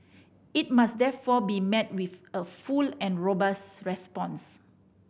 it must therefore be met with a full and robust response